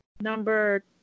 number